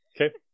okay